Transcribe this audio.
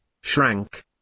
shrank